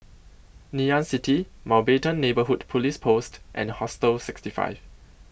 Ngee Ann City Mountbatten Neighbourhood Police Post and Hostel sixty five